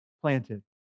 planted